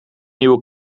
nieuwe